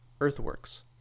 Earthworks